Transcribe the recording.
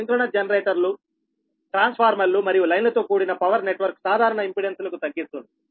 synchronous జనరేటర్లు ట్రాన్స్ఫార్మర్లు మరియు లైన్లతో కూడిన పవర్ నెట్వర్క్ సాధారణ ఇంపెడెన్స్లకు తగ్గిస్తుంది